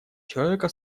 человека